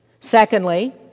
Secondly